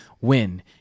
win